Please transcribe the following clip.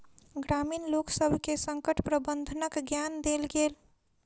ग्रामीण लोकसभ के संकट प्रबंधनक ज्ञान देल गेल